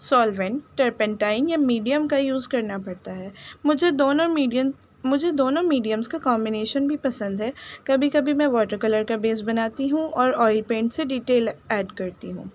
solvent turpentine یا medium کا use کرنا پڑتا ہے مجھے دونوں میڈین مجھے دونوں میڈیمس کا کامبینیشن بھی پسند ہے کبھی کبھی میں واٹر کلر کا بیس بناتی ہوں اور آئل پینٹ سے ڈیٹیل ایڈ کرتی ہوں